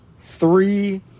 three